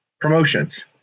promotions